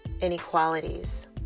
inequalities